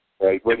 Right